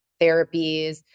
therapies